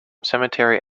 cemetery